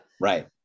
Right